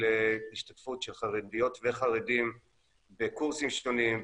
השתתפות של חרדיות וחרדים בקורסים שונים,